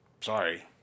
Sorry